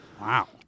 Wow